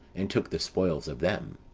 and took the spoils of them.